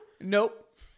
Nope